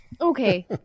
Okay